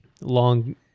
Long